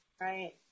Right